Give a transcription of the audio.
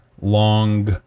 long